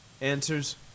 answers